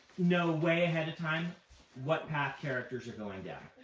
know way ahead of time what path characters are going down.